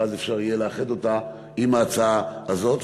ואז יהיה אפשר לאחד אותה עם ההצעה הזאת,